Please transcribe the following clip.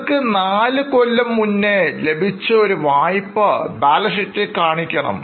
നിങ്ങൾക്ക് നാലു കൊല്ലം മുന്നേ ലഭിച്ച ഒരു വായ്പ ബാലൻസ് ഷീറ്റിൽകാണിക്കണം